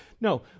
No